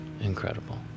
Incredible